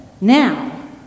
Now